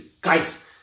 Guys